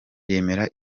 yemera